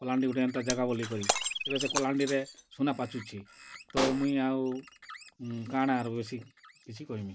କଲାହାଣ୍ଡି ଗୁଟେ ଏନ୍ତା ଜାଗା ବୋଲିକରି ଏବେ ସେ କଲାହାଣ୍ଡିରେ ସୁନା ପାଚୁଛେ ତ ମୁଇଁ ଆଉ କା'ଣା ଆରୁ ବେଶୀ କିଛି କହେମି